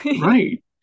Right